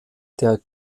der